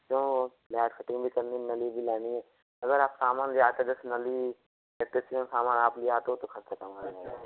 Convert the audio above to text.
तो light fitting भी करनी है नली भी लानी है अगर आप सामान ले आते जैसे नाली इलेक्ट्रिशियन का सामान आप ले आते हो तो खर्चा कम आ जाएगा